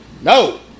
No